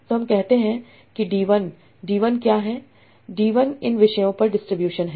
तो हम कहते हैं कि डी 1 डी 1 क्या है डी 1 इन के विषयों पर डिस्ट्रीब्यूशन है